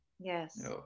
Yes